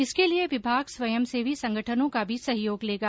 इसके लिये विभाग स्वयंसेवी संगठनों का भी सहयोग लेगा